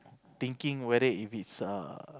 thinking whether if it's err